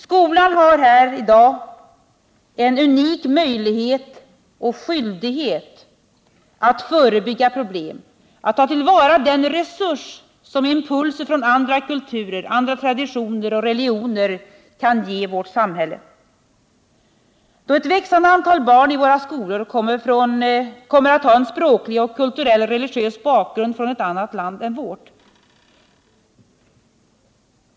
Skolan har i dag en unik möjlighet och skyldighet att förebygga problem, att ta till vara den resurs som impulser från andra kulturer, andra traditioner och andra religioner kan ge vårt samhälle. Ett växande antal barn i våra skolor kommer att ha en språklig, kulturell och religiös bakgrund från ett annat land än vårt.